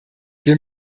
wir